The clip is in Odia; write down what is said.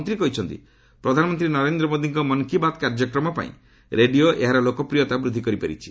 ମନ୍ତ୍ରୀ କହିଛନ୍ତି ପ୍ରଧାନମନ୍ତ୍ରୀ ନରେନ୍ଦ୍ର ମୋଦିଙ୍କ ମନ୍ କି ବାତ୍ କାର୍ଯ୍ୟକ୍ରମ ପାଇଁ ରେଡିଓ ଏହାର ଲୋକପ୍ରିୟତା ବୃଦ୍ଧି କରିପାରିଛି